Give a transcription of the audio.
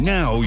Now